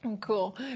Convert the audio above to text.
Cool